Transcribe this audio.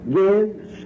gives